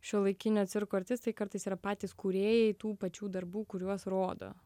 šiuolaikinio cirko artistai kartais yra patys kūrėjai tų pačių darbų kuriuos rodo